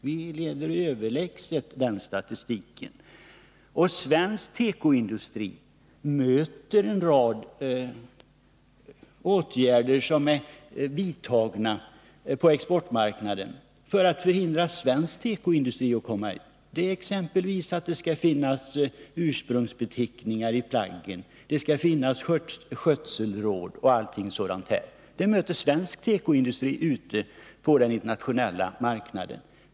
Vi leder överlägset den statistiken. Svensk tekoindustri möter på exportmarknaden en rad åtgärder som har vidtagits för att förhindra bl.a. svensk tekoindustri att komma ut, exempelvis bestämmelser att det skall finnas ursprungsbeteckningar i plaggen och att det skall finnas skötselråd.